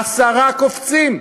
עשרה קופצים,